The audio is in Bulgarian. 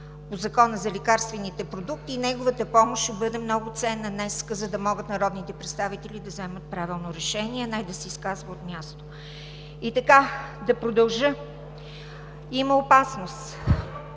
по Закона за лекарствените продукти и неговата помощ ще бъде много ценна днес, за да могат народните представители да вземат правилно решение, а не да се изказва от място. И така – да продължа. Има опасност,